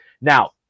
Now